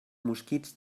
mosquits